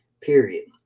Period